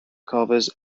covers